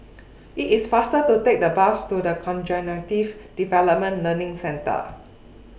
IT IS faster to Take The Bus to The Cognitive Development Learning Centre